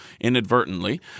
inadvertently